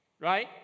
Right